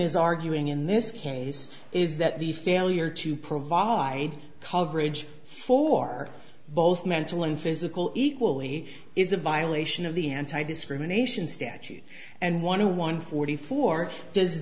is arguing in this case is that the failure to provide coverage for both mental and physical equally is a violation of the anti discrimination statute and one who won forty four does